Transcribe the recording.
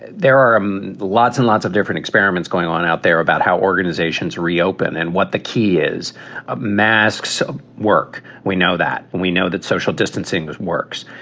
there are um lots and lots of different experiments going on out there about how organizations reopen and what the key is a mask's ah work. we know that and we know that social distancing works.